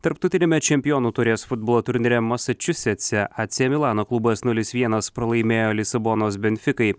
tarptautiniame čempionų taurės futbolo turnyre masačusetse ac milano klubas nulis vienas pralaimėjo lisabonos benfikai